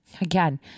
again